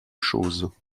choses